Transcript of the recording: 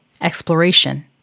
exploration